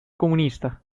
comunista